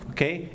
Okay